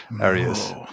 areas